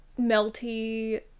melty